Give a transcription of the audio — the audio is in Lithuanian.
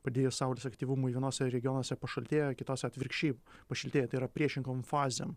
padidiėjus saulės aktyvumui vienose regionuose pašaltėjo kitose atvirkščiai pašiltėjo tai yra priešingom fazėm